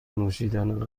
نوشیدن